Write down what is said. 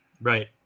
right